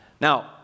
now